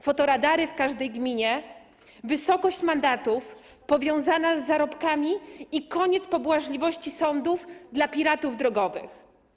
Fotoradary w każdej gminie, wysokość mandatów powiązana z zarobkami i koniec pobłażliwości sądów dla piratów drogowych.